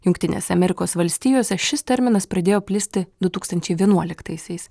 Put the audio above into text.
jungtinėse amerikos valstijose šis terminas pradėjo plisti du tūkstančiai vienuoliktaisiais